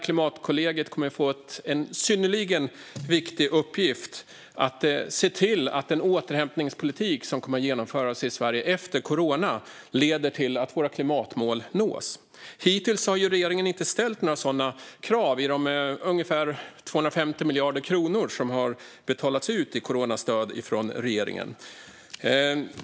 Klimatkollegiet kommer att få en synnerligen viktig uppgift i att se till att den återhämtningspolitik som kommer att genomföras i Sverige efter corona leder till att våra klimatmål nås. Hittills har ju regeringen inte ställt några sådana krav i samband med de ungefär 250 miljarder kronor som har betalats ut i coronastöd från regeringen.